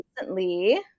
recently